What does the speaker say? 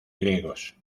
griegos